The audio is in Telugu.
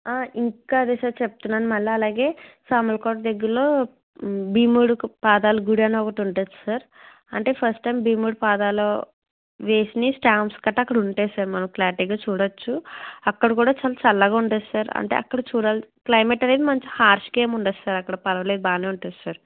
ఇంకా అదే సార్ చెప్తున్నాను మళ్ళీ అలాగే సామర్లకోట దగ్గర్లో భీముడికా పాదాల గుడి అని ఒకటి ఉంటుంది సార్ అంటే ఫస్ట్ టైమ్ భీముడి పాదాలు వేసినవి స్టాంప్స్ గట్టా అక్కడ ఉంటాయి సార్ మనం క్లారిటీగా చూడవచ్చు అక్కడ కూడా చాలా చల్లగా ఉంటుంది సార్ అంటే అక్కడ చూడాలి క్లైమేట్ అనేది మంచి హార్ష్గా ఏమి ఉండదు సార్ అక్కడ పరవాలేదు బాగానే ఉంటుంది సార్